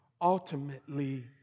ultimately